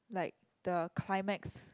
like the climax